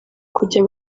kujya